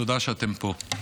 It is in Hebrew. תודה שאתם פה.